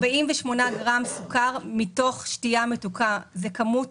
48 גרם סוכר מתוך שתייה מתוקה זה כמות